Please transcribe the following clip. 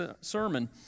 sermon